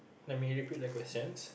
let me repeat the question